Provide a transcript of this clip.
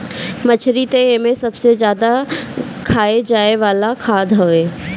मछरी तअ एमे सबसे ज्यादा खाए जाए वाला खाद्य हवे